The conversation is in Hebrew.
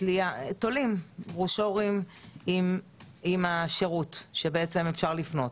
תולים ברושורים עם השירות שניתן לפנות.